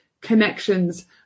connections